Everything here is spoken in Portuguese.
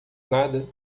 nada